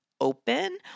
open